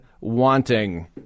wanting